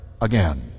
again